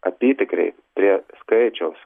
apytikriai prie skaičiaus